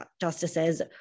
justices